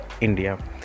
india